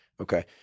okay